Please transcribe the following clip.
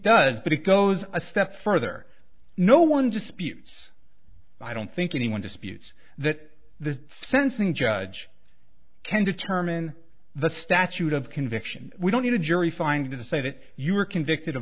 does but it goes a step further no one disputes i don't think anyone disputes that the fencing judge can determine the statute of conviction we don't need a jury find to say that you are convicted of